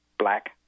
black